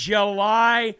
July